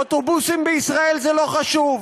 אוטובוסים בישראל זה לא חשוב,